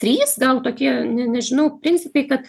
trys gal tokie ne nežinau principai kad